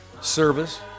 service